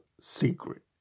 secret